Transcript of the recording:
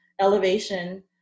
Elevation